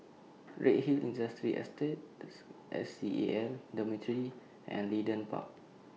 Redhill Industrial Estate S S C A L Dormitory and Leedon Park